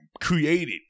created